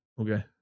Okay